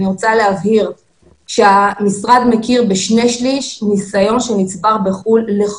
אני רוצה להבהיר שהמשרד מכיר בשני שלישים ניסיון שנצבר בחוץ לארץ